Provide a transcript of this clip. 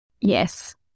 Yes